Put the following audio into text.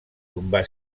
tombar